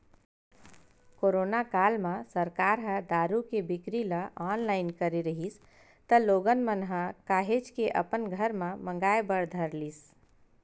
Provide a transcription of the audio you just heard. corona काल म सरकार ह दारू के बिक्री ल ऑनलाइन करे रिहिस त लोगन मन ह काहेच के अपन घर म मंगाय बर धर लिस